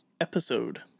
episode